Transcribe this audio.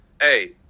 hey